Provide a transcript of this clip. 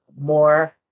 more